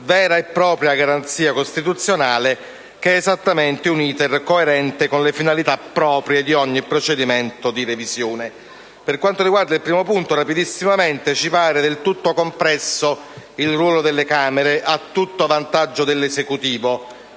vera e propria garanzia costituzionale, che è esattamente un *iter* coerente con le finalità proprie di ogni procedimento di revisione. Per quanto riguarda il primo punto, ci sembra del tutto compresso il ruolo delle Camere a tutto vantaggio dell'Esecutivo,